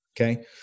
Okay